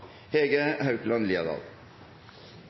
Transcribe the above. Hege Haukeland Liadal